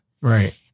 Right